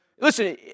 Listen